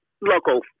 local